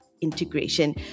integration